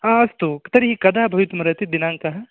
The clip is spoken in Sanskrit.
अस्तु तर्हि कदा भवितुमर्हति दिनाङ्कः